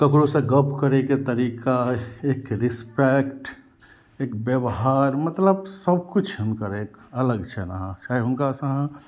ककरोसँ गप करैके तरीका एक रिस्पेक्ट एक व्यवहार मतलब सबकिछु हुनकर एक अलग छनि अहाँ चाहे हुनकासँ अहाँ